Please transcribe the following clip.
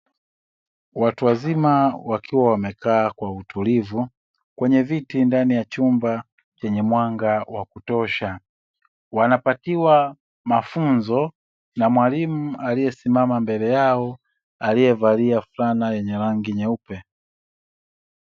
Watu wazima wakiwa amekaa kwa utulivu, kwenye viti ndani ya chumba chenye mwanga wa kutosha. Wanapatiwa mafunzo na mwalimu aliyesimama mbele yao aliyevalia fulana yenye rangi nyeupe.